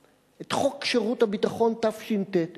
את חוק שירות ביטחון מתש"ט,